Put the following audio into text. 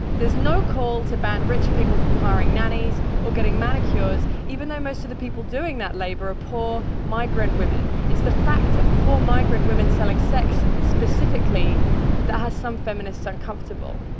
there's no call to ban rich people from hiring nannies or getting manicures, even though most of the people doing that labor are poor, migrant women. it's the fact of poor migrant women selling sex specifically that has some feminists uncomfortable.